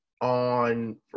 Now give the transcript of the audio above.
on